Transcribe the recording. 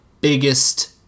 biggest